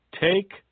take